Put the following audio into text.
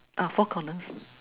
ah four corners